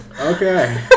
Okay